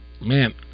man